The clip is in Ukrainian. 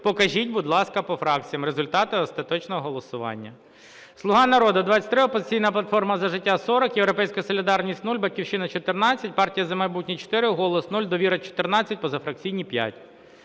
Покажіть, будь ласка, по фракціям результати остаточного голосування.